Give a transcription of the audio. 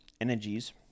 energies